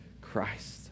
Christ